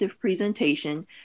presentation